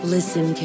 Listen